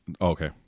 Okay